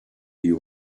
you